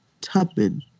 Tubman